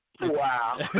Wow